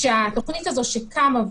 תודה רבה.